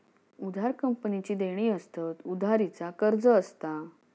उधार कंपनीची देणी असतत, उधारी चा कर्ज असता